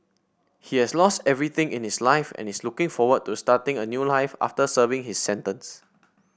he has lost everything in his life and is looking forward to starting a new life after serving his sentence